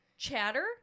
Chatter